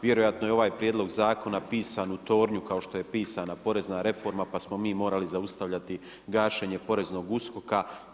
Vjerojatno je ovaj prijedlog zakona pisan u tornju kao što je pisana porezna reforma pa smo mi morali zaustavljati gašenje Poreznog USKOK-a.